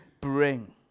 bring